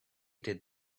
did